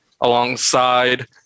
alongside